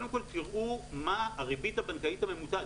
קודם כל תראו מה הריבית הבנקאית הממוצעת.